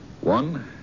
One